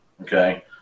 okay